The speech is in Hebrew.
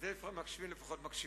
אז אלה שמקשיבים לפחות מקשיבים.